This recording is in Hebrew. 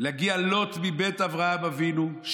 מבית אברהם אבינו,